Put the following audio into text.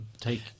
take